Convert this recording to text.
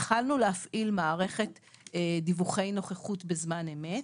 התחלנו להפעיל מערכת דיווחי נוכחות בזמן אמת,